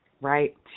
right